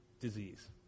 disease